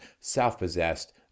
self-possessed